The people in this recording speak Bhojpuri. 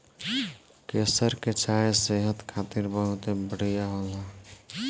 केसर के चाय सेहत खातिर बहुते बढ़िया होला